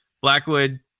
Blackwood